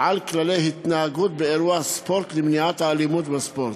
על כללי התנהגות באירוע ספורט למניעת האלימות בספורט,